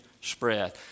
spread